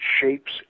shapes